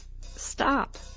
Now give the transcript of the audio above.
stop